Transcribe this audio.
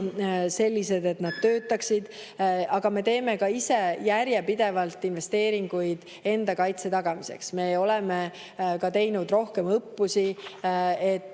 kaitse plaanid toimiksid. Aga me teeme ka ise järjepidevalt investeeringuid enda kaitse tagamiseks. Me oleme teinud rohkem õppusi, et